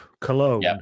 Cologne